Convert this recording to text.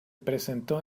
presentó